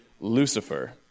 Lucifer